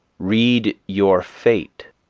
read your fate,